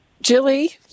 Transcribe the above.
jilly